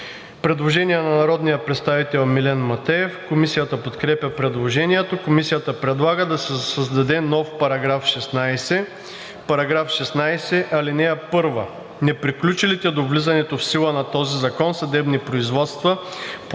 Предложение на народния представител Милен Матеев: Комисията подкрепя предложението. Комисията предлага да се създаде нов § 16: „§ 16. (1) Неприключилите до влизането в сила на този закон съдебни производства по